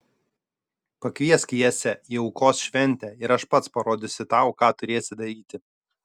pakviesk jesę į aukos šventę ir aš pats parodysiu tau ką turėsi daryti